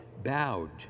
bowed